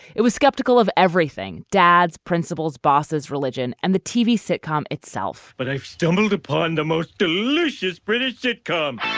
it was skeptical of everything dad's principals bosses religion and the tv sitcom itself but i've stumbled upon the most delicious british sitcom